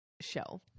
show